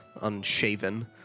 unshaven